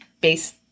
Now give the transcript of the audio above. base